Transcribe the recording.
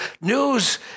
news